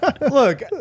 Look